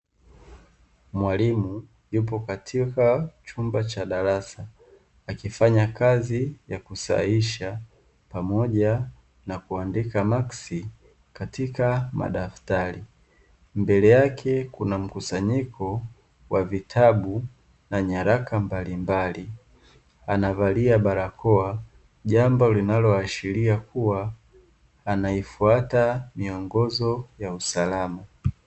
Mwalimu yupo katika chumba cha darasa akifanya kazi ya kusahihisha, pamoja na kuandika maksi katika madaftari, mbele yake kuna mkusanyiko wa vitabu na nyaraka mbalimbali, anavalia barakoa jambo linaloashiria kuwa anaifuata miongozo ya usalama.